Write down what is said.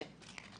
כן.